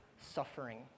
suffering